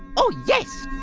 oh yes